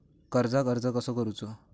कर्जाक अर्ज कसो करूचो?